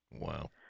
Wow